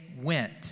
went